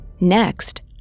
Next